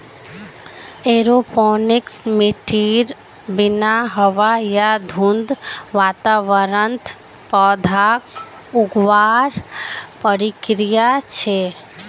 aeroponics मिट्टीर बिना हवा या धुंध वातावरणत पौधाक उगावार प्रक्रिया छे